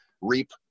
reap